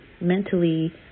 mentally